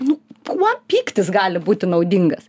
nu kuo pyktis gali būti naudingas